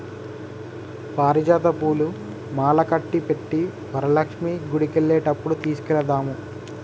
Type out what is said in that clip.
పారిజాత పూలు మాలకట్టి పెట్టు వరలక్ష్మి గుడికెళ్లేటప్పుడు తీసుకెళదాము